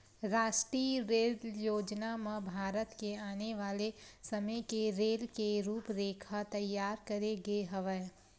रास्टीय रेल योजना म भारत के आने वाले समे के रेल के रूपरेखा तइयार करे गे हवय